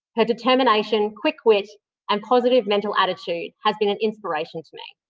her determination, quick wit and positive mental attitude has been an inspiration to me.